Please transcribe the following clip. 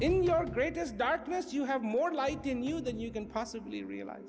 in your greatest darkness you have more light in you than you can possibly realize